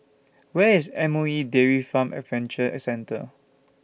Where IS M O E Dairy Farm Adventure Centre